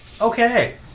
Okay